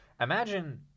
Imagine